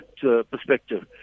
perspective